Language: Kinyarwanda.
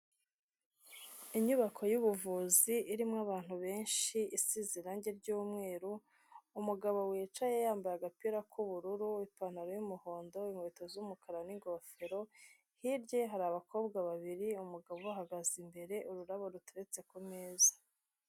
Inyubako y'ubuvuzi irimo abantu benshi isize irangi ry'umweru, umugabo wicaye yambaye agapira k'ubururu ipantaro y'umuhondo inkweto z'umukara n'ingofero, hirya hari abakobwa babiri umugabo ubagaze imbere, ururabo ruteretse ku meza.